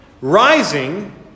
rising